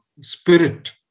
spirit